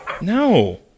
No